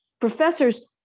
professors